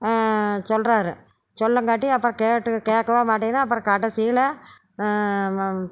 சொல்றார் சொல்லங்னாட்டி அப்புறம் கேட்டு கேக்க மாட்டிங்கன்னா அப்புறம் கடைசில